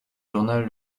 journal